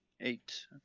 Eight